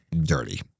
dirty